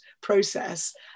process